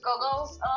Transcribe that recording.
goggles